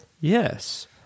yes